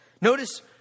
Notice